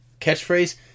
catchphrase